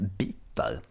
bitar